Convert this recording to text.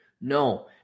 No